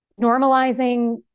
normalizing